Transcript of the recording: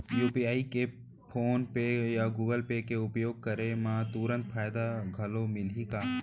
UPI के PhonePe या Google Pay के उपयोग करे म तुरंत फायदा घलो मिलही का?